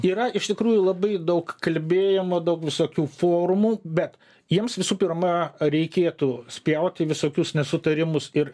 yra iš tikrųjų labai daug kalbėjimo daug visokių forumų bet jiems visų pirma reikėtų spjaut į visokius nesutarimus ir